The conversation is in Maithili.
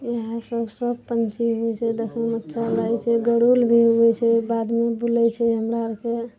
इहए सब सब पक्षी होइ छै देखैमे अच्छा लागै छै गरुर भी होइ छै बादुर बुलै छै अङ्गना सऽ